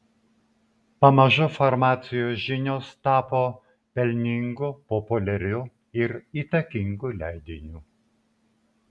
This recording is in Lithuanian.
pamažu farmacijos žinios tapo pelningu populiariu ir įtakingu leidiniu